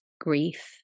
grief